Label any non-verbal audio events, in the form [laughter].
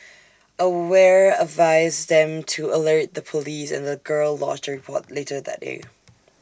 aware advised them to alert the Police and the girl lodged A report later that day [noise]